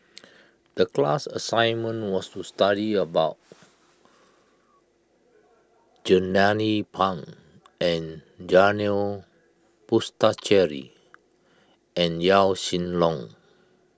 the class assignment was to study about Jernnine Pang and Janil Puthucheary and Yaw Shin Leong